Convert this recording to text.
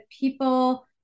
people